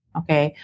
okay